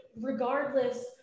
regardless